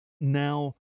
now